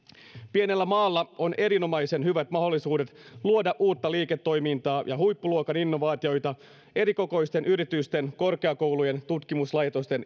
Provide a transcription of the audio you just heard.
pienellä maalla on erinomaisen hyvät mahdollisuudet luoda uutta liiketoimintaa ja huippuluokan innovaatioita erikokoisten yritysten korkeakoulujen tutkimuslaitosten